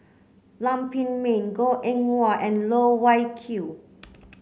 Lam Pin Min Goh Eng Wah and Loh Wai Kiew